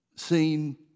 Seen